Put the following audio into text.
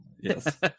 Yes